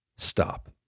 Stop